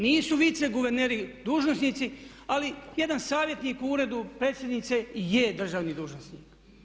Nisu viceguverneri dužnosnici ali jedan savjetnik u Uredu predsjednice je državni dužnosnik.